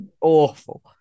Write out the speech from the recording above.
Awful